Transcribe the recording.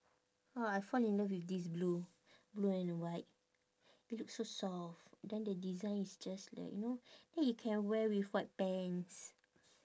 !wah! I fall in love with this blue blue and white it look so soft then the design is just like you know then you can wear with white pants